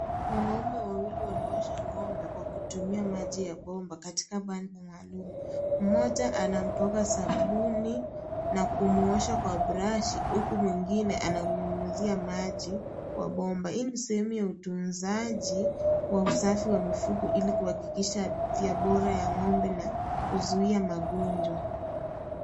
Wanaume wawili wanaosha ng'ombe kwa kutumia maji ya bomba katika banda maalum. Mmoja anampaka sabuni na kumwosha kwa brashi huku mwingine anamnyunyuzia maji kwa bomba. Hii ni sehemu ya utunzaji wa usafi wa mifugo ili kuhakikisha afya bora ya ng'ombe na kuzuia magonjwa.